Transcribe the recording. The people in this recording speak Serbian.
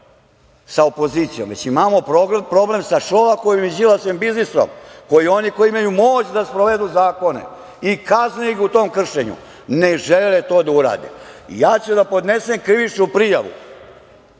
sa opozicijom, već imamo problem sa Šolakovim i Đilasovim biznisom, jer oni koji imaju moć da sprovedu zakone i kazne ih u tom kršenju ne žele to da urade. Ja ću da podnesem krivičnu prijavu